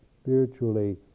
spiritually